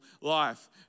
life